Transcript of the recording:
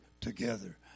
together